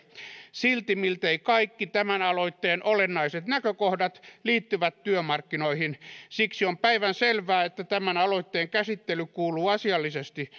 silti miltei kaikki tämän aloitteen olennaiset näkökohdat liittyvät työmarkkinoihin siksi on päivänselvää että tämän aloitteen käsittely kuuluu asiallisesti